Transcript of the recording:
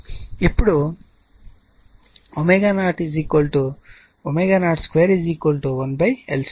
ఇప్పుడు కాబట్టి ω02 1 LC అవుతుంది